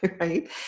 right